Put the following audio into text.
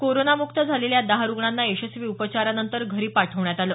कोरोनामुक्त झालेल्या दहा रुग्णांना यशस्वी उपचारानंतर घरी पाठवण्यात आलं